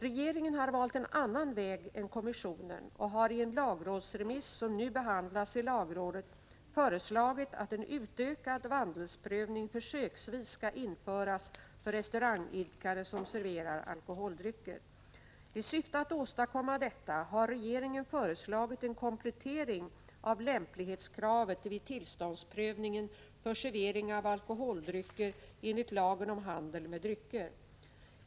Regeringen har valt en annan väg än kommissionen och har i en lagrådsremiss, som nu behandlas i lagrådet, föreslagit att en utökad vandelsprövning försöksvis skall införas för restaurangidkare som serverar alkoholdrycker. I syfte att åstadkomma detta har regeringen föreslagit en komplettering av lämplighetskravet vid tillståndsprövningen för servering av alkoholdrycker enligt lagen om handel med drycker.